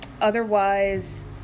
Otherwise